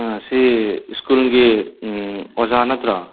ꯑꯥ ꯁꯤ ꯁ꯭ꯀꯜꯒꯒꯤ ꯑꯣꯖꯥ ꯅꯠꯇ꯭ꯔꯣ